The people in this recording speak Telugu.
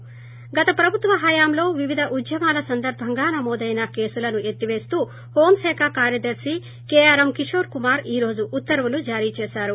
ి గత ప్రభుత్వ హయాంలో వివిధ ఉద్యమాల సందర్బంగా నమోదైన కేసులను ఎత్తివేస్తూ హోంశాఖ కార్యదర్ని కేఆర్ఎం కిశోర్ కుమార్ ఈ రోజు ఉత్తర్వులు జారీ చేశారు